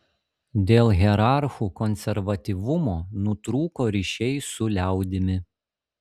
dėl hierarchų konservatyvumo nutrūko ryšiai su liaudimi